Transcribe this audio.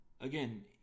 again